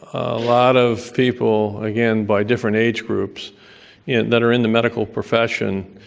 a lot of people, again, by different age groups that are in the medical profession,